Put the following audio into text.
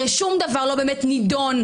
הרי שום דבר לא באמת נדון.